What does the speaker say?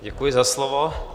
Děkuji za slovo.